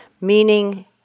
meaning